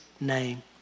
name